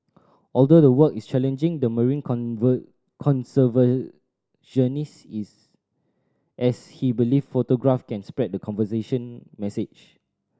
although the work is challenging the marine conservationist is as he believe photographs can spread the conservation message